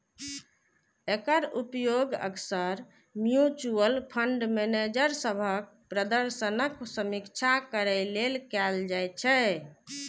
एकर उपयोग अक्सर mutual fund manager सभक प्रदर्शनक समीक्षा करै लेल कैल जाइ छै